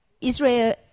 Israel